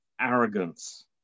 arrogance